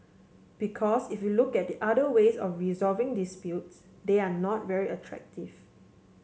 because if you look at the other ways of resolving disputes they are not very attractive